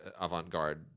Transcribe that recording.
avant-garde